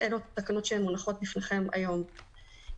אלה התקנות שמונחות בפניכם היום.